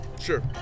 Sure